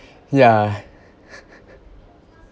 ya